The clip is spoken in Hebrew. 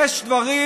יש דברים